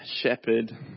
shepherd